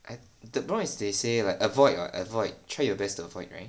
the problem is they say like avoid or avoid avoid try your best to avoid right